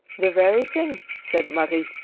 the very thing, said marie.